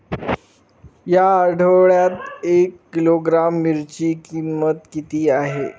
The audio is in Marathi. या आठवड्यात एक किलोग्रॅम मिरचीची किंमत किती आहे?